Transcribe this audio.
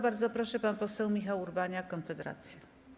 Bardzo proszę, pan poseł Michał Urbaniak, Konfederacja.